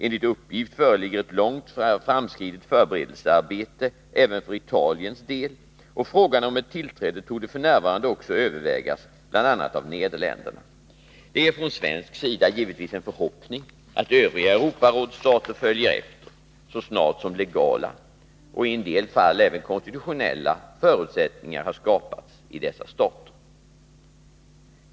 Enligt uppgift föreligger ett långt framskridet förberedelsearbete även för Italiens del, och frågan om ett tillträde torde f.n. också övervägas bl.a. av Nederländerna. Det är från svensk sida givetvis en förhoppning att övriga Europarådsstater följer efter, så snart som legala — i en del fall även konstitutionella — förutsättningar har skapats i dessa stater.